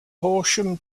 horsham